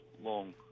long